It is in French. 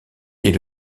est